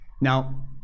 Now